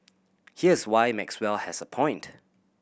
here's why Maxwell has a point